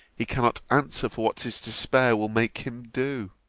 he cannot answer for what his despair will make him do